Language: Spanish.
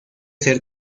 ser